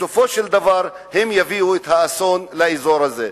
בסופו של דבר הם יביאו את האסון לאזור הזה.